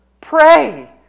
Pray